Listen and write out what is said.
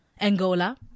Angola